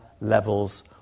levels